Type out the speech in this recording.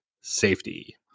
Safety